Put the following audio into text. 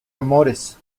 amores